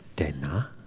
dana